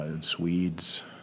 Swedes